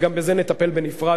וגם בזה נטפל בנפרד,